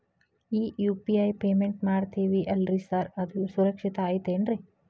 ಈ UPI payment ಮಾಡ್ತೇವಿ ಅಲ್ರಿ ಸಾರ್ ಅದು ಸುರಕ್ಷಿತ್ ಐತ್ ಏನ್ರಿ?